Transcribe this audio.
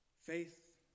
Faith